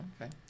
okay